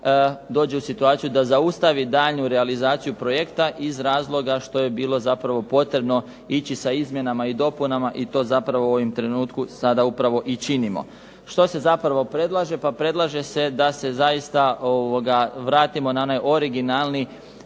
dođe u situaciju da zaustavi daljnju realizaciju projekta iz razloga što je bilo zapravo potrebno ići sa izmjenama i dopunama i to u ovom trenutku sada i činimo. Što se zapravo predlaže? Pa predlaže se da se vratimo na onaj originalni